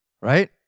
Right